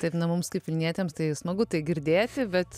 taip na mums kaip vilnietėms tai smagu tai girdėti bet